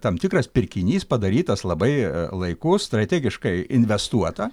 tam tikras pirkinys padarytas labai laiku strategiškai investuota